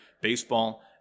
baseball